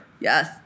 Yes